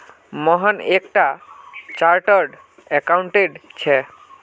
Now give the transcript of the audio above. मोहन एक टा chartered accountant छे